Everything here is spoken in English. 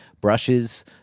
Brushes